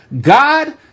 God